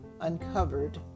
uncovered